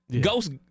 Ghost